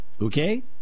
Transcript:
Okay